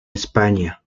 españa